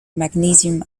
magnesium